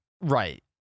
right